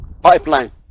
pipeline